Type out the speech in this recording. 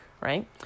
right